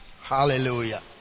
Hallelujah